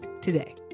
today